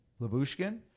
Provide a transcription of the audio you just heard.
Labushkin